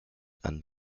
and